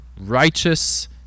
righteous